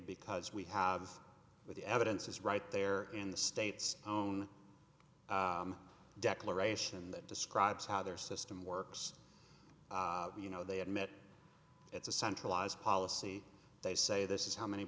because we have with the evidence is right there in the state's own declaration that describes how their system works you know they admit it's a centralized policy they say this is how many